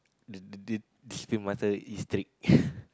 the d~ d~ discipline master is strict